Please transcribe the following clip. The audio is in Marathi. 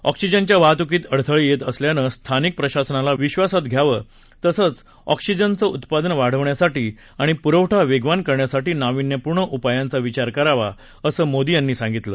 ऑक्सीजनच्या वाहतुकीत अडथळे येत असल्यास स्थानिक प्रशासनाला विश्वासात घ्यावं तसंच ऑक्सीजनचं उत्पादन वाढवण्यासाठी आणि पुरवठा वेगवान करण्यासाठी नाविन्यपूर्ण उपायांचा विचार करावा असं मोदी यांनी सांगितलं